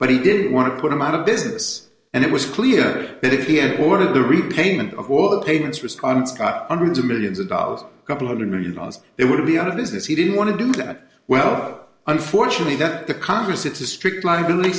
but he did want to put them out of business and it was clear that if he had ordered the repayment of all paints response hundreds of millions of dollars couple hundred million dollars they would be out of business he didn't want to do that well unfortunately that the congress it's a strict liability